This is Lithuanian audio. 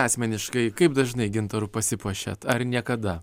asmeniškai kaip dažnai gintaru pasipuošiat ar niekada